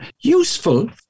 useful